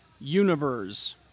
Universe